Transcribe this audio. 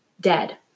dead